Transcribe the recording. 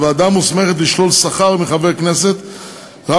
הוועדה מוסמכת לשלול שכר מחבר הכנסת רק